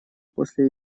после